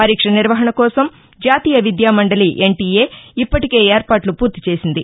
పరీక్ష నిర్వహణ కోసం జాతీయ విద్యామండలి ఎన్టీఎ ఇప్పటికే ఏర్పాట్ల పూర్తి చేసింది